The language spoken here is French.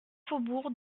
faubourg